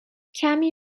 کمی